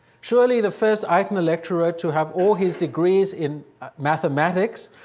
surely, the first eitner lecturer to have all his degrees in mathematics,